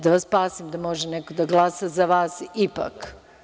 Da vas spasem da može neko da glasa za vas ipak.